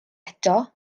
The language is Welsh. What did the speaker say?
eto